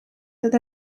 that